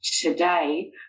today